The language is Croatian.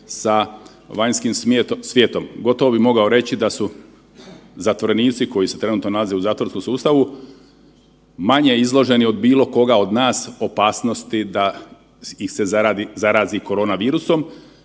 sa vanjskim svijetom. Gotovo bi mogao reći da su zatvorenici koji se trenutno nalaze u zatvorskom sustavu manje izloženi od bilo koga od nas opasnosti da se zarazi korona virusom.